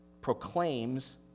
proclaims